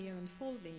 unfolding